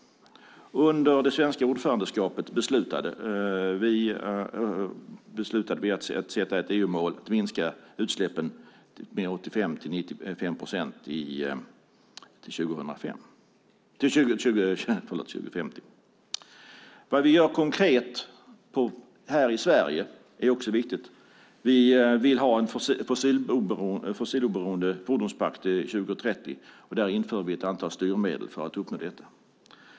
Under det svenska ordförandeskapet beslutade vi att sätta ett EU-mål om att minska utsläppen med 85-95 procent till 2050. Vad vi gör konkret här i Sverige är också viktigt. Vi vill ha en fossiloberoende fordonspark till 2030, och vi inför ett antal styrmedel för att uppnå detta.